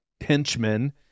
henchmen